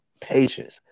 patience